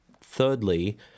thirdly